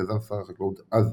יזם שר החקלאות אז,